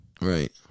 Right